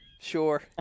sure